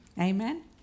Amen